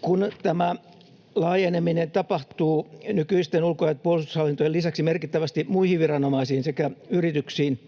Kun tämä laajeneminen tapahtuu nykyisten ulko- ja puolustushallintojen lisäksi merkittävästi muihin viranomaisiin sekä yrityksiin,